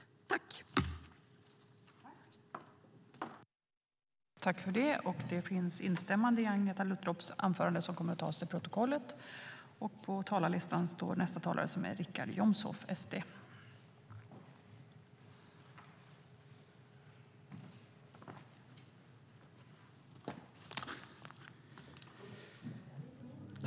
I detta anförande instämde Jan Lindholm .